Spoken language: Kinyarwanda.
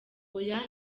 oya